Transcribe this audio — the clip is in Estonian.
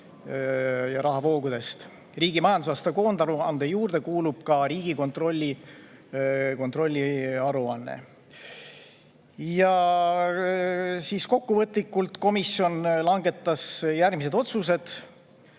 ja rahavoogudest. Riigi majandusaasta koondaruande juurde kuulub ka Riigikontrolli kontrolliaruanne. Kokkuvõtlikult, komisjon langetas järgmised otsused: